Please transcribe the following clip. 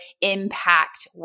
impact